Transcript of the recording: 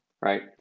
Right